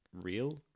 real